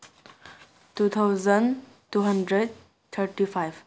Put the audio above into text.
two thousand two hundred thirty five